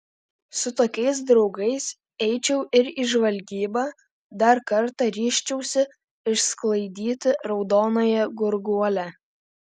su tokiais draugais eičiau ir į žvalgybą dar kartą ryžčiausi išsklaidyti raudonąją gurguolę